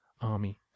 army